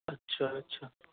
اچھا اچھا